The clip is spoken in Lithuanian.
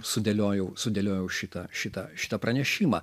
sudėliojau sudėliojau šitą šitą šitą pranešimą